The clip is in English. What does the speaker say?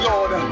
Lord